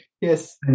Yes